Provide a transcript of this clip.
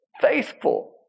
faithful